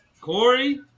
Corey